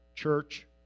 church